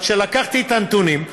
אבל כשלקחתי את הנתונים,